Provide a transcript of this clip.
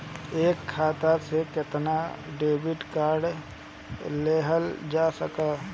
एक खाता से केतना डेबिट कार्ड लेहल जा सकेला?